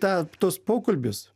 tą tuos pokalbius